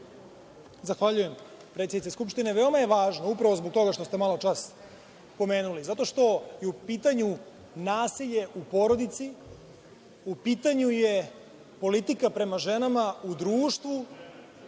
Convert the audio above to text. Zahvaljujem predsednice Skupštine. Veoma je važno, upravo zbog toga što ste maločas pomenuli, zato što je u pitanju nasilje u porodici, u pitanju je politika prema ženama u društvu